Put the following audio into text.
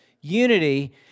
unity